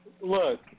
Look